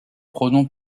pronoms